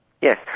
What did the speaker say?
yes